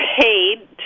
paid